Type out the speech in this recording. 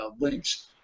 links